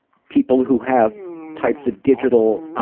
people who have types of digital